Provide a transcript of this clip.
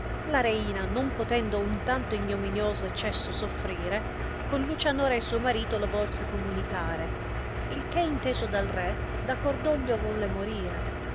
la reina non potendo un tanto ignominioso eccesso sofferire con luciano re suo marito lo volse communicare il che inteso dal re da cordoglio volle morire